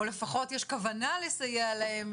או לפחות יש כוונה לסייע להם,